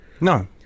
No